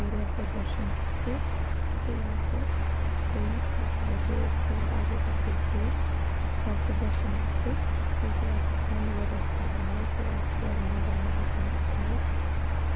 राजमाह् ते राजमाह् कियां बनांदे न राजमाह् ते किश जादा है नि ऐ जां ता तुस उनेईं साफ करियै पानी कन्नै शैल धोई बी सकदे नेईं न तुस राती तुसैं स्हेड़ियै रक्खने तां ओह्वी रक्खी सकदे